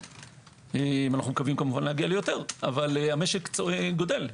מקווים להגיע ליותר אבל המשק גדל.